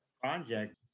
project